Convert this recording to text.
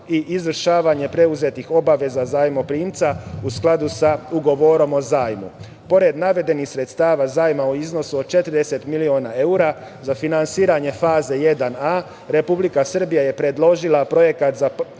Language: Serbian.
i izvršavanje preuzetih obaveza zajmoprimca, u skladu sa ugovorom o zajmu. Pored navedenih sredstava, zajma o iznosu od 40 miliona evra, za finansiranje faze 1a, Republika Srbija je predložila projekat za